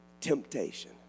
Temptation